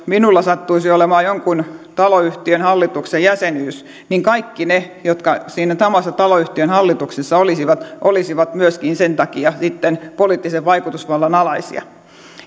minulla sattuisi olemaan jonkun taloyhtiön hallituksen jäsenyys niin kaikki ne jotka siinä samassa taloyhtiön hallituksessa olisivat olisivat myöskin sen takia sitten poliittisen vaikutusvallan alaisia